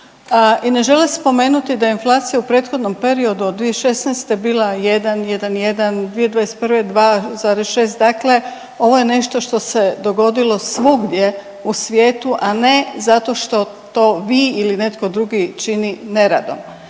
i ne žele spomenuti da je inflacija u prethodnom periodu od 2016. bila jedan, 1,1, 2021. 2,6. Dakle, ovo je nešto što se dogodilo svugdje u svijetu, a ne zato što to vi ili netko drugi čini neradom.